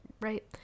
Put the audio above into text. right